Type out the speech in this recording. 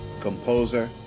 composer